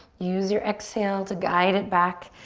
use your exhale to guide it back.